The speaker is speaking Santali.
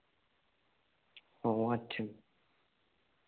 ᱚ ᱟᱪᱪᱷᱟ